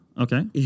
Okay